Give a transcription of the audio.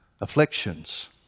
afflictions